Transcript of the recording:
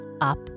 up